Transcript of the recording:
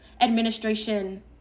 administration